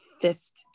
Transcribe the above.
fist